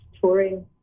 touring